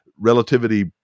Relativity